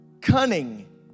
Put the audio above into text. cunning